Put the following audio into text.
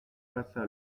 passa